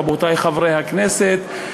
רבותי חברי הכנסת,